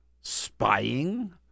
spying